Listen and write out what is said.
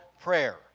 prayer